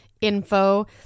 info